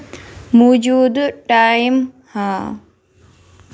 موجودٕ ٹایم ہاو